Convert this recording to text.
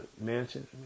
mansion